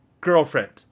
girlfriend